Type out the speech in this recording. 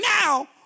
now